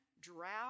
drought